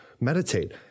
meditate